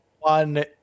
one